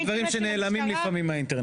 אלה דברים שלא מתאים לפקודות משטרה,